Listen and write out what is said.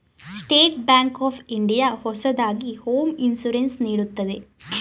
state bank of India ಹೊಸದಾಗಿ home insurance ನೀಡುತ್ತಿದೆ